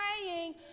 praying